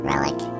Relic